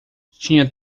tinhas